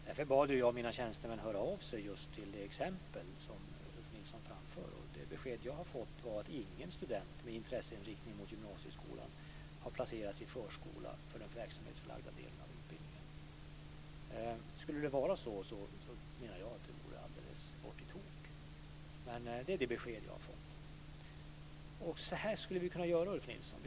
Därför bad jag mina tjänstemän höra sig för om just det exempel som Ulf Nilsson framförde, och det besked jag har fått är att ingen student med intresseinriktning mot gymnasieskolan har placerats i förskola för den verksamhetsförlagda delen av utbildningen. Skulle det vara så menar jag att det vore alldeles bort i tok. Detta är det besked jag har fått. Så här skulle vi kunna göra, Ulf Nilsson.